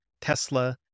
Tesla